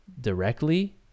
directly